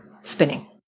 spinning